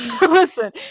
listen